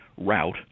route